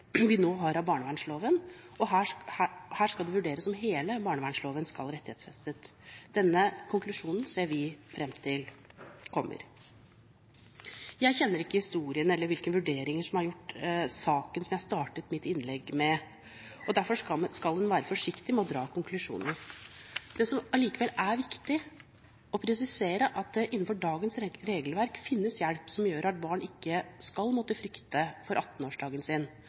vi nå har av barnevernsloven. Her skal det vurderes om hele barnevernsloven skal rettighetsfestes. Denne konklusjonen ser vi fram til. Jeg kjenner ikke historien eller hvilke vurderinger som er gjort i saken som jeg startet mitt innlegg med. Derfor skal en være forsiktig med å trekke konklusjoner. Det som allikevel er viktig å presisere, er at det innenfor dagens regelverk finnes hjelp som gjør at barn ikke skal måtte frykte for 18-årsdagen sin.